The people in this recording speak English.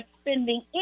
spending